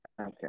okay